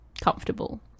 comfortable